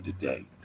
today